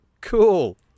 cool